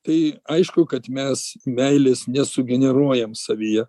tai aišku kad mes meilės nesugeneruojam savyje